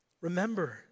Remember